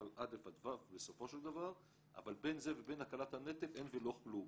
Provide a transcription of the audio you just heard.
אבל א' עד ו' בסופו של דבר - אבל בין זה לבין הקלת הנטל אין ולא כלום.